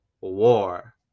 war